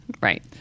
Right